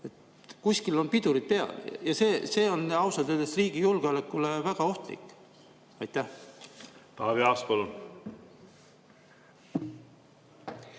Kuskil on pidurid peal ja see on ausalt öeldes riigi julgeolekule väga ohtlik. Aitäh!